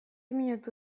minutu